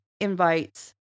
invites